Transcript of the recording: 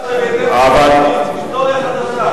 היסטוריה חדשה.